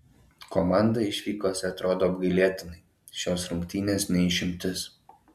komanda išvykose atrodo apgailėtinai šios rungtynės ne išimtis